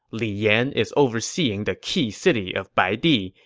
li yan is overseeing the key city of baidi,